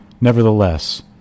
Nevertheless